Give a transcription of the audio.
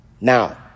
Now